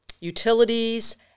utilities